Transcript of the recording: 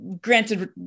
granted